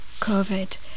Covid